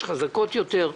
יש חזקות יותר,